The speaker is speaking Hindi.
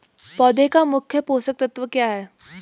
पौधें का मुख्य पोषक तत्व क्या है?